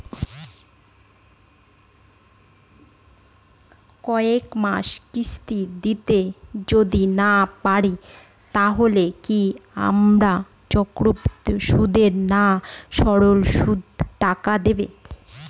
কয়েক মাস কিস্তি দিতে যদি না পারি তাহলে কি আপনারা চক্রবৃদ্ধি সুদে না সরল সুদে টাকা দেন?